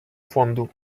фонду